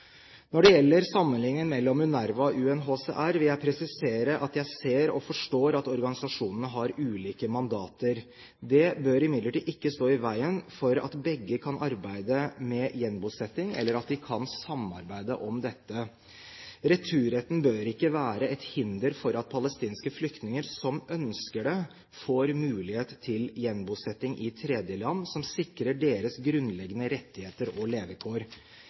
Når det gjelder sammenligningen mellom UNRWA og UNHCR, vil jeg presisere at jeg ser og forstår at organisasjonene har ulike mandater. Det bør imidlertid ikke stå i veien for at begge kan arbeide med gjenbosetting, eller at de kan samarbeide om dette. Returretten bør ikke være et hinder for at palestinske flyktninger som ønsker det, får mulighet til gjenbosetting i tredjeland som sikrer deres grunnleggende rettigheter og levekår.